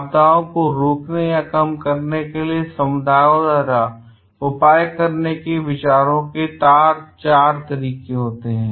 आपदाओं को रोकने या कम करने के लिए समुदायों द्वारा उपाय किए जाने वाले उपायों के चार तरीके हैं